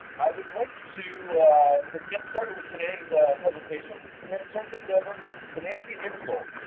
i would like to to get started with today's presentation. i'm gonna turn things over to nancy aebersold,